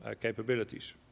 capabilities